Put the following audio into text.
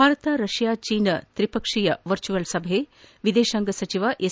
Bharat Russia China ತ್ರಿಪಕ್ಷೀಯ virtual ಸಭೆಯಲ್ಲಿ ವಿದೇಶಾಂಗ ಸಚಿವ ಎಸ್